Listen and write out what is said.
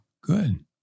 Good